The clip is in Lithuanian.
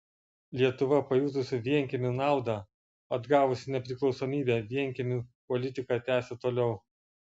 lietuva pajutusi vienkiemių naudą atgavusi nepriklausomybę vienkiemių politiką tęsė toliau